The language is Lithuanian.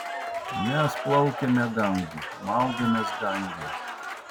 mes plaukėme gangu maudėmės gange